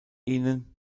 ihnen